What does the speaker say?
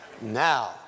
Now